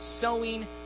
sowing